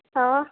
ہاں